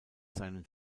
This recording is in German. seinen